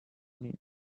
meaning